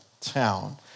town